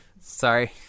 Sorry